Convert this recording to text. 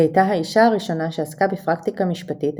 היא הייתה האישה הראשונה שעסקה בפרקטיקה משפטית,